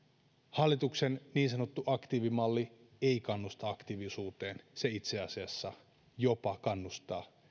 hallituksen niin sanottu aktiivimalli ei kannusta aktiivisuuteen se itse asiassa jopa kannustaa